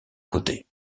côté